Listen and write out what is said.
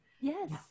yes